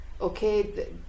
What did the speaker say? Okay